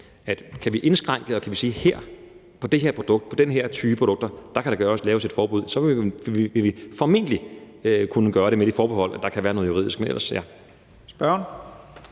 vi kan indskrænke det og sige, at i forbindelse med det her produkt og den her type produkter kan der laves et forbud, så vil vi formentlig kunne gøre det – med det forbehold, at der kan være noget juridisk i